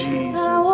Jesus